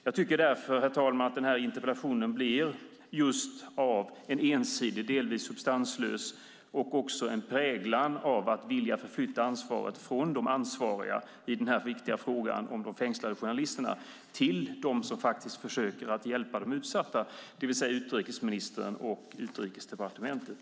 Jag tycker därför, herr talman, att den här interpellationen blir ensidig, delvis substanslös och också präglad av en vilja att förflytta ansvaret från de ansvariga i denna viktiga fråga om de fängslade journalisterna till dem som faktiskt försöker att hjälpa de utsatta, det vill säga utrikesministern och Utrikesdepartementet.